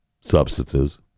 substances